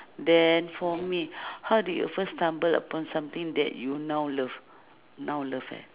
then for me how did you first stumble upon something that you now love now love eh